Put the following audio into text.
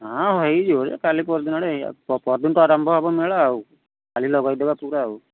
ହଁ ହେଇଯିବ ଯେ କାଲି ପଅରି ଦିନ ଆଡ଼କୁ ପଅରି ଦିନଠୁ ଆରମ୍ଭ ହେବ ମେଳା କାଲି ଲଗାଇ ଦେବା ପୁରା ଆଉ